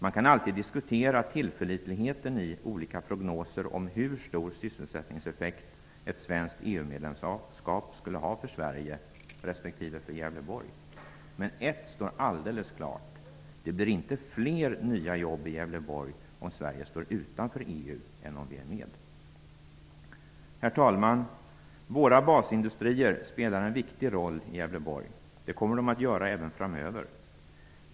Man kan alltid diskutera tillförlitligheten i olika prognoser om hur stor sysselsättningseffekt ett svenskt EU-medlemskap skulle ha för Sverige respektive för Gävleborg. Ett står alldeles klart: Det blir inte fler nya jobb i Gävleborg om Sverige står utanför EU än om vi är med. Herr talman! Våra basindustrier spelar en viktig roll i Gävleborg. Det kommer de att göra även framöver.